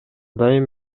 дайым